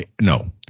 No